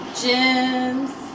gems